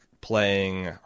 playing